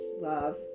love